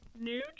New